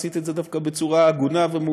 עשית את זה דווקא בצורה הגונה ומאוזנת.